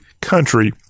country